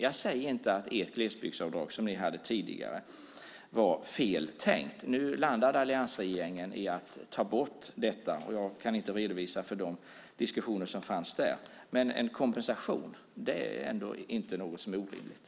Jag säger inte att ert glesbygdsavdrag, som ni hade tidigare, var fel tänkt. Nu landade alliansregeringen i att ta bort detta. Jag kan inte redogöra för de diskussioner som fanns där. Men det är ändå inte orimligt med en kompensation.